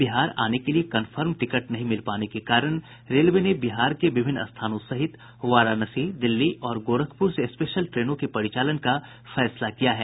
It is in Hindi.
बिहार आने के लिए कंफर्म टिकट नहीं मिल पाने के कारण रेलवे ने बिहार के विभिन्न स्थानों सहित वाराणसी दिल्ली और गोरखपुर से स्पेशल ट्रेनों के परिचालन का फैसला किया है